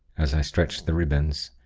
as i stretched the ribbons,